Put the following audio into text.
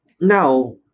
now